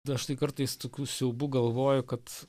dažnai kartais tokių siaubų galvoju kad